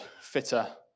fitter